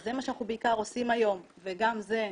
וזה מה שאנחנו בעיקר עושים היום וגם זה בערך,